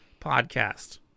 podcast